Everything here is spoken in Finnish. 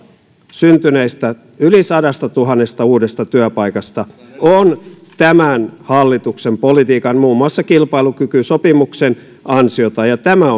syntyneistä yli sadastatuhannesta uudesta työpaikasta on tämän hallituksen politiikan muun muassa kilpailukykysopimuksen ansiota ja tämä